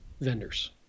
vendors